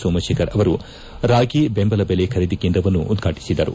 ಸೋಮಶೇಖರ್ ಅವರು ರಾಗಿ ಬೆಂಬಲ ಬೆಲೆ ಖರೀದಿ ಕೇಂದ್ರವನ್ನು ಉದ್ವಾಟಿಸಿದರು